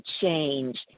change